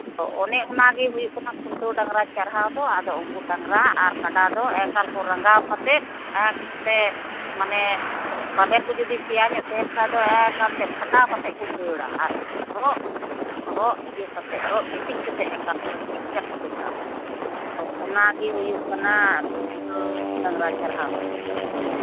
ᱟᱫᱚ ᱚᱱᱮ ᱚᱱᱟᱜᱮ ᱦᱩᱭᱩᱜ ᱠᱟᱱᱟ ᱠᱷᱩᱱᱴᱟᱹᱣ ᱰᱟᱝᱨᱟ ᱪᱟᱨᱦᱟᱣ ᱫᱚ ᱟᱫᱚ ᱩᱱᱠᱩ ᱰᱟᱝᱨᱟ ᱟᱨ ᱠᱟᱰᱟ ᱫᱚ ᱮᱠᱟᱞ ᱠᱚ ᱨᱟᱸᱜᱟᱣ ᱠᱟᱛᱮᱫ ᱢᱟᱱᱮ ᱵᱟᱵᱮᱨ ᱠᱚ ᱡᱩᱫᱤ ᱥᱮᱭᱟᱧᱚᱜ ᱛᱟᱦᱮᱱ ᱠᱷᱟᱱ ᱫᱚ ᱮᱠᱟᱞᱛᱮ ᱯᱷᱟᱴᱟᱣ ᱠᱟᱛᱮᱫ ᱠᱚ ᱫᱟᱹᱲᱟ ᱟᱨ ᱨᱚᱜ ᱤᱭᱟᱹ ᱠᱟᱛᱮᱫ ᱨᱚᱜ ᱜᱤᱛᱤᱡ ᱠᱟᱛᱮᱫ ᱮᱠᱟᱞ ᱟᱹᱰᱤ ᱠᱟᱡᱟᱠ ᱠᱚ ᱫᱟᱹᱲᱟ ᱟᱫᱚ ᱚᱱᱟᱜᱮ ᱦᱩᱭᱩᱜ ᱠᱟᱱᱟ ᱫᱚ ᱰᱟᱝᱨᱟ ᱪᱟᱨᱦᱟᱣᱫᱚ